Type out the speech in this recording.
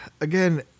Again